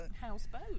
Houseboat